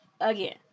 again